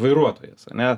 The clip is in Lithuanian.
vairuotojas ane